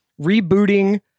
rebooting